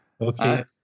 Okay